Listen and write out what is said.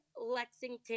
Lexington